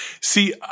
See